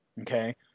okay